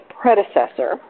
predecessor